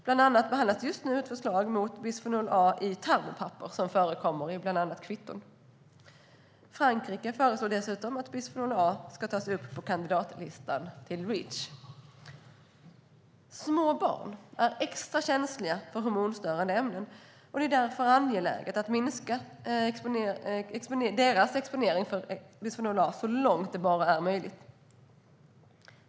Bland annat behandlas just nu ett förslag till förbud mot bisfenol A i termopapper som används till bland annat kvitton. Frankrike föreslår dessutom att bisfenol A ska tas upp på kandidatlistan till Reach. Små barn är extra känsliga för hormonstörande ämnen. Det är därför angeläget att minska deras exponering för bisfenol A så långt som det bara är möjligt.